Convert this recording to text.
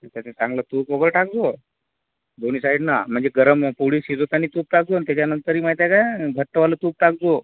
त्याच्यात ते चांगलं तूप वगैरे टाक जा दोन्ही साईडना म्हणजे गरम पोळी शिजवताना तूप टाक जा आणि त्याच्यानंतरही माहीत आहे का घट्टवालं तूप टाक जा